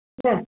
ಹ್ಞೂ